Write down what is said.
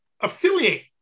affiliate